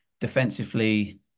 defensively